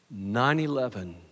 9-11